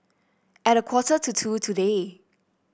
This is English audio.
at a quarter to two today